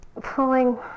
pulling